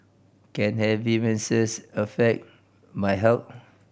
can heavy menses affect my health